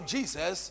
Jesus